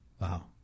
Wow